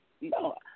No